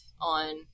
on